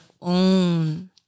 own